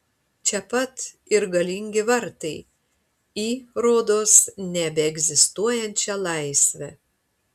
čia pat ir galingi vartai į rodos nebeegzistuojančią laisvę